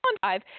five